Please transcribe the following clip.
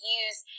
use